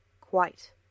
Quite